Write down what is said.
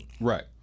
Right